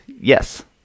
yes